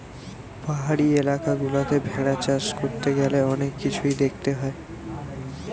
পাহাড়ি এলাকা গুলাতে ভেড়া চাষ করতে গ্যালে অনেক কিছুই দেখতে হয়